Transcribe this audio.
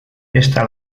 esta